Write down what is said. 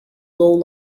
low